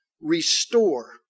restore